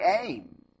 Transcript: aim